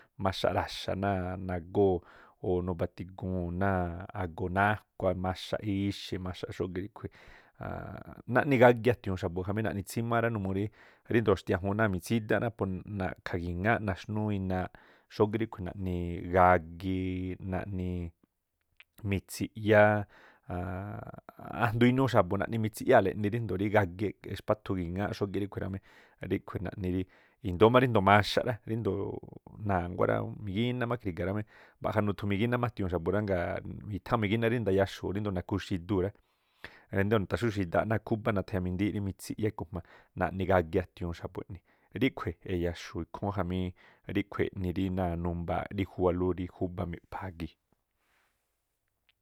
Maxaꞌ raxa̱ o̱ nuba̱ti̱guu̱n náa̱ agoo náá kuamaxaꞌ ixi̱ maxaꞌ xógíꞌ ríꞌkhui̱ a̱a̱nnꞌ nani gagi a̱tiuu̱n xa̱bu̱ khamí naꞌni tsimáá rá numuu rí rindo̱o xtiajún náa̱ mitsídánꞌ rá, po̱ na̱kha̱ gi̱ ŋááꞌ naxnúú inaaꞌ xógíꞌ ríꞌkhui̱ naꞌni gagi, naꞌni mitsiyáá a̱a̱a̱ꞌ ajndo̱o inuu xa̱bu̱ naꞌni mitsiꞌyáa̱la eꞌni ríjndo̱o rí gagi expáthu gi̱ŋááꞌ xógíꞌ ríꞌkhui̱ rá mí, ríꞌkhui̱ naꞌni rí. I̱ndóó má ríndo̱o maxaꞌ rá, ríndo̱oꞌ na̱nguá rá gíná má kri̱ga̱ rámí, mbaꞌja nuthu migíná má a̱tiu̱un xa̱bu̱ rá, i̱tháa̱n ú migíná ríndo̱o ndayaxu̱u̱ ríndoo̱ nakuxi̱ iduu̱ rá. Endoo̱ naxúxi̱ idaaꞌ náa̱ khúbá nathiamindííꞌ rí mitsiꞌyá ikujma naꞌni gagi a̱tiuu̱n xa̱bu̱ eꞌni. Ríꞌkhui̱ e̱ya̱xu̱u̱ ikhúún jamí ríꞌkhui̱ eꞌni rí náa̱ numbaaꞌrí juwalú rí júbá miꞌpha̱a̱ gii̱.